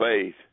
faith